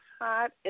hot